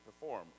perform